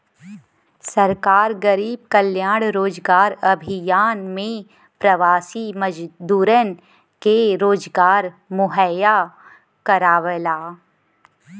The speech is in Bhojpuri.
सरकार गरीब कल्याण रोजगार अभियान में प्रवासी मजदूरन के रोजगार मुहैया करावला